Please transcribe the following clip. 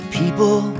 people